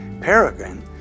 Peregrine